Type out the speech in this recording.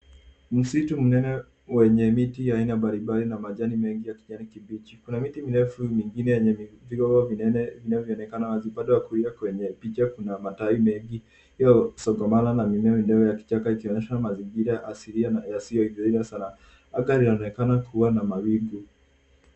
Msitu mnene wenye mti mbali mbali na majani mengi ya kijani kibichi. Kuna miti mirefu mingine yenye viungo vinene vinavyoonekana wazi upande wa kulia kwenye picha kuna matawi mengi iliyosangamana na vichaka. Anga linaonekana kuwa na mawingu.